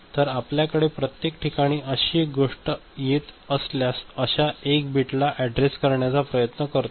जर आपल्याकडे प्रत्येक ठिकाणी अशी एक गोष्ट येत असल्यास अश्या 1 बिटला ऍडरेस करण्याचा प्रयत्न करतो